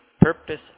purpose